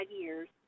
years